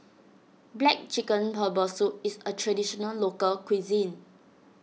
Black Chicken Herbal Soup is a Traditional Local Cuisine